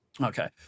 Okay